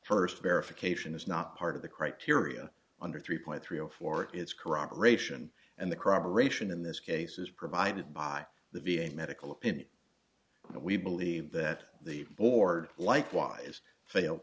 first verification is not part of the criteria under three point three zero four is corroboration and the corroborate in this case is provided by the v a medical opinion we believe that the board likewise fail